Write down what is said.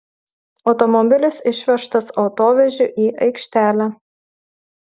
automobilis išvežtas autovežiu į aikštelę